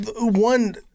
one